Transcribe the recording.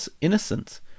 innocent